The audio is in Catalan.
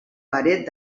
paret